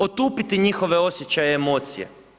Otupiti njihove osjećaje i emocije.